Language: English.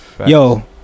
Yo